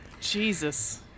Jesus